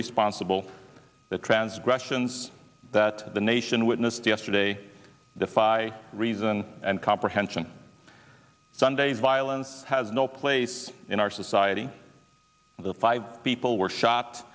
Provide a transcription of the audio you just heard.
responsible the transgressions that the nation witnessed yesterday defy reason and comprehension sunday's violence has no place in our society that five people were sho